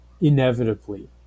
Inevitably